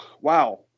wow